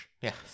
Yes